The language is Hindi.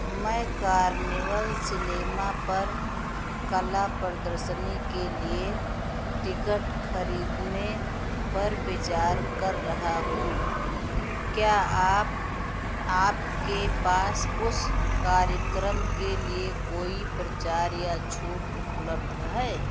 मैं कार्निवल सिलेमा पर कला प्रदर्शनी के लिए टिकट ख़रीदने पर विचार कर रहा हूँ क्या आप आपके पास उस कार्यक्रम के लिए कोई प्रचार या छूट उपलब्ध है